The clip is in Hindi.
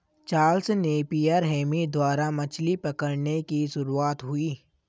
चार्ल्स नेपियर हेमी द्वारा मछली पकड़ने की शुरुआत हुई